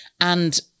and-